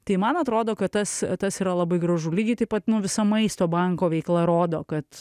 tai man atrodo kad tas tas yra labai gražu lygiai taip pat nu visa maisto banko veikla rodo kad